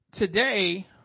Today